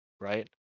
right